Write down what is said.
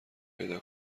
پیدا